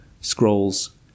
Scrolls